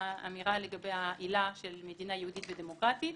אמירה לגבי העילה של מדינה יהודית ודמוקרטית.